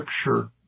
scripture